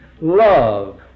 love